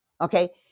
Okay